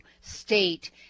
state